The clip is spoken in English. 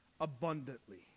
abundantly